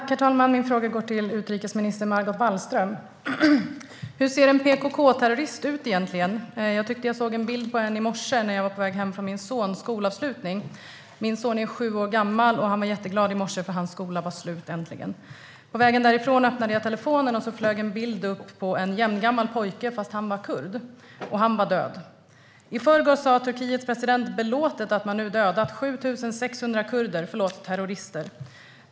Herr talman! Min fråga går till utrikesminister Margot Wallström. Hur ser en PKK-terrorist ut egentligen? Jag tyckte att jag såg en bild på en i morse när jag var på väg hem från min sons skolavslutning. Min son är sju år gammal, och han var jätteglad i morse för att hans skoltermin äntligen var slut. På vägen därifrån öppnade jag telefonen, och då kom det upp en bild på en jämngammal pojke, fast han var kurd. Han var död. I förrgår sa Turkiets president belåtet att man nu hade dödat 7 600 kurder - förlåt, terrorister.